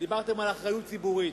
דיברתם על אחריות ציבורית.